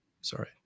sorry